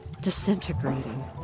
disintegrating